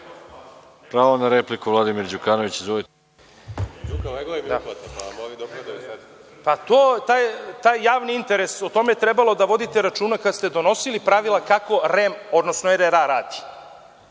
na repliku, Vladimir Đukanović. Izvolite. **Vladimir Đukanović** Taj javni interes, o tome je trebalo da vodite računa kada ste donosili pravila kako REM, odnosno RRA radi.